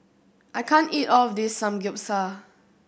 I can't eat all of this Samgyeopsal